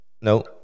No